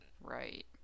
Right